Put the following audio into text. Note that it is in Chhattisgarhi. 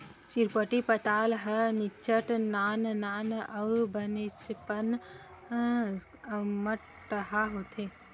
चिरपोटी पताल ह निच्चट नान नान अउ बनेचपन अम्मटहा होथे